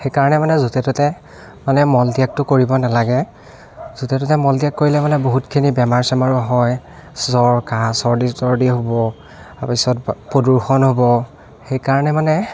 সেইকাৰণে মানে য'তে ত'তে মানে মলত্যাগটো কৰিব নালাগে য'তে ত'তে মলত্যাগ কৰিলে মানে বহুতখিনি বেমাৰ চেমাৰো হয় জ্বৰ কাঁহ চৰ্দী তৰ্দী হ'ব তাৰপিছত প্ৰদূৰ্ষণ হ'ব সেইকাৰণে মানে